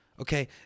Okay